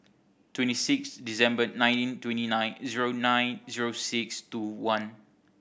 twenty six December nineteen twenty nine zero nine zero six two one